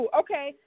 okay